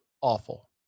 awful